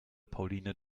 pauline